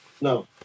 No